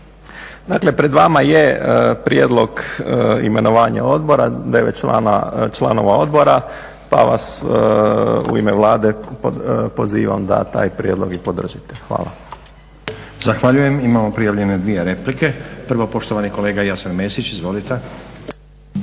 Dakle pred vama je prijedlog imenovanja odbora, 9 članova odbora pa vas u ime Vlade pozivam da taj prijedlog i podržite. Hvala. **Stazić, Nenad (SDP)** Zahvaljujem. Imamo prijavljene dvije replike. Prvo poštovani kolega Jasen Mesić, izvolite.